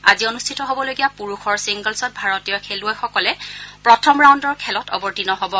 আজি অনুষ্ঠিত হবলগীয়া পুৰুষৰ ছিংগলছত ভাৰতীয় খেলুৱৈসকলে প্ৰথম ৰাউণ্ডৰ খেলত অৱতীৰ্ণ হ'ব